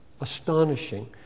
astonishing